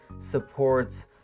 supports